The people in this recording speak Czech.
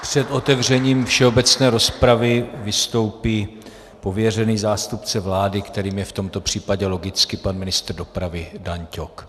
Před otevřením všeobecné rozpravy vystoupí pověřený zástupce vlády, kterým je v tomto případě logicky pan ministr dopravy Dan Ťok.